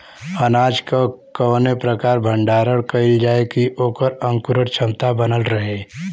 अनाज क कवने प्रकार भण्डारण कइल जाय कि वोकर अंकुरण क्षमता बनल रहे?